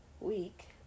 week